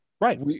Right